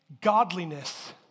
godliness